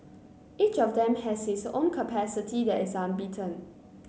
each of them has his own capacity that is unbeaten